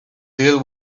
deal